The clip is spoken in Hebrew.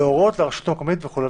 להורות לרשות המקומית" וכו'.